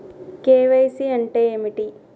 KYC అంటే ఏమిటి?